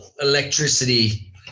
electricity